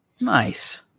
Nice